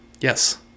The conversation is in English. Yes